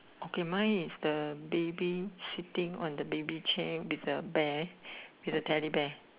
okay mine is the baby sitting on the baby chair with a bear with a Teddy bear